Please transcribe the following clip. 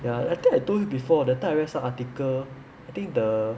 ya I think I told you before that time I read some article I think the